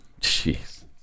Jeez